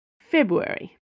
February